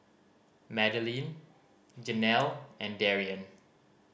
Madelyn Jenelle and Darion